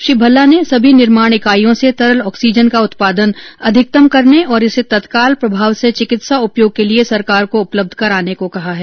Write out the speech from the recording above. श्री भल्ला ने सभी निर्माण ईकाइयों से तरल ऑक्सीजन का उत्पादन अधिकतम करने और इसे तत्काल प्रभाव से चिकित्सा उपयोग के लिए सरकार को उपलब्ध कराने को कहा है